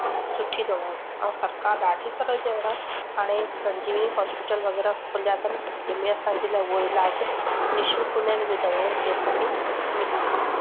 सुठी दवाऊं ऐं सरकारु ॾाढी तरह जा अहिड़ा हाणे संजीवनी हॉस्पिटल वग़ैरह खुलिया अथनि जंहिंमें असांजे लाइ उहे इलाजु निशुल्क हूंदा आहिनि उहे दवाऊं उते असांखे मिली वेंदियूं आहिनि